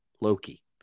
Loki